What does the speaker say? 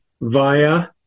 via